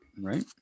Right